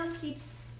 keeps